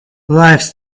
lifes